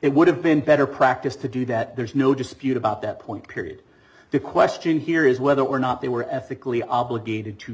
it would have been better practice to do that there's no dispute about that point period the question here is whether or not they were ethically obligated to